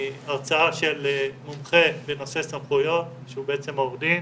הרצאה של מומחה בנושא סמכויות שהוא בעצם עורך דין